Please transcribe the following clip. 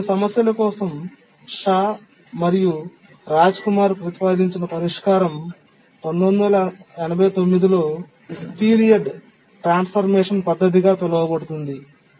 అటువంటి సమస్యల కోసం షా మరియు రాజ్ కుమార్ ప్రతిపాదించిన పరిష్కారం 1989 లో పీరియడ్ ట్రాన్స్ఫర్మేషన్ పద్దతిగా పిలువబడుతుంది